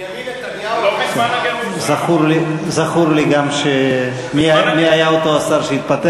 בנימין נתניהו היה אז שר האוצר.